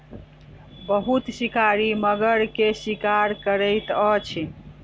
बहुत शिकारी मगर के शिकार करैत अछि